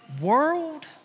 world